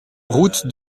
route